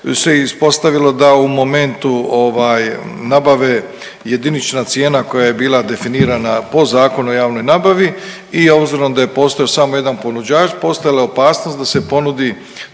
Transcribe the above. se ispostavilo da u momentu ovaj nabave jedinična cijena koja je bila definirana po Zakonu o javnoj nabavi i obzirom da je postojao samo jedan ponuđač postojala je opasnost da se ponudi